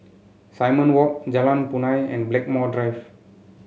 Simon Walk Jalan Punai and Blackmore Drive